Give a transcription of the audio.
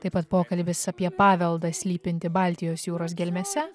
taip pat pokalbis apie paveldą slypintį baltijos jūros gelmėse